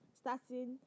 starting